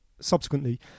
subsequently